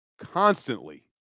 constantly